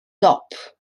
dop